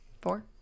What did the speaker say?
Four